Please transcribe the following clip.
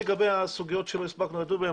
לגבי הסוגיות שלא הספקנו לדון בהן,